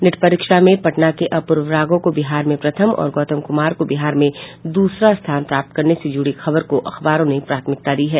NEET परीक्षा में पटना के अपूर्व राघव को बिहार में प्रथम और गौतम कुमार को बिहार में दूसरा स्थान प्राप्त करने से जुड़ी खबर को भी अखबारों ने प्राथमिकता दी है